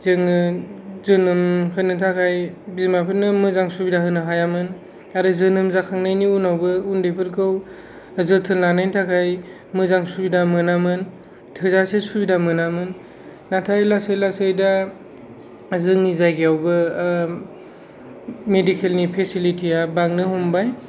जोङो जोनोम होनो थाखाय बिमाफोरनो मोजां सुबिदा होनो हायामोन आरो जोनोम जाखांनायनि उनावबो उन्दैफोरखौ जोथोन लानायनि थाखाय मोजां सुबिदा मोनामोन थोजासे सुबिदा मोनामोन नाथाय लासै लासै दा जोंनि जायगायावबो मेडिकेल नि फेसिलिटि या बांनो हमबाय